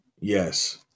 yes